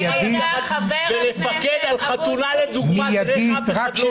ניתן לפקד על חתונה לדוגמה תראה איך אף אחד לא זז.